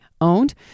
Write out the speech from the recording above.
owned